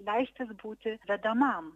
leistis būti vedamam